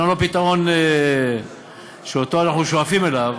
אומנם לא פתרון שאנחנו שואפים אליו,